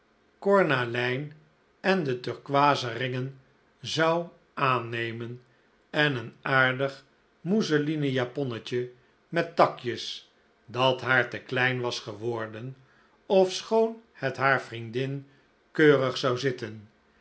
cornalijn en de turkooizen ringen zou aannemen en een aardig mousselinen japonnetje met takjes dat haar te klein was geworden ofschoon het haar vriendin keurig zou zitten